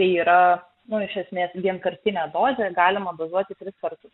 tai yra nu iš esmės vienkartinė dozė galima dozuoti tris kartus